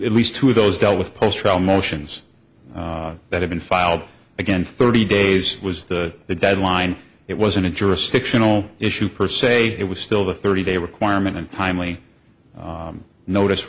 at least two of those dealt with post trial motions that have been filed again thirty days was the deadline it wasn't a jurisdictional issue per se it was still the thirty day requirement and timely notice